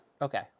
Okay